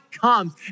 comes